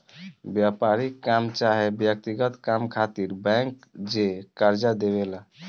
व्यापारिक काम चाहे व्यक्तिगत काम खातिर बैंक जे कर्जा देवे ला